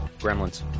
Gremlins